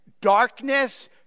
darkness